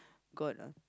God ah